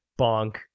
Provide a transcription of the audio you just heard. Bonk